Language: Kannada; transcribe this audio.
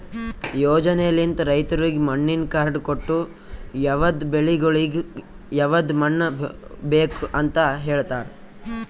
ಯೋಜನೆಲಿಂತ್ ರೈತುರಿಗ್ ಮಣ್ಣಿನ ಕಾರ್ಡ್ ಕೊಟ್ಟು ಯವದ್ ಬೆಳಿಗೊಳಿಗ್ ಯವದ್ ಮಣ್ಣ ಬೇಕ್ ಅಂತ್ ಹೇಳತಾರ್